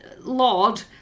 lord